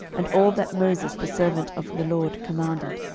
and all that moses the servant of the lord commanded,